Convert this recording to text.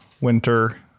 winter